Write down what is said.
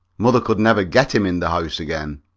mother could never get him in the house again.